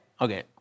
Okay